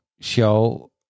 show